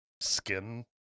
skin